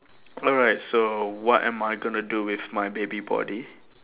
alright so what am I gonna do with my baby body